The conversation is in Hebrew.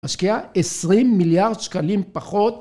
משקיעה 20 מיליארד שקלים פחות.